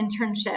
internship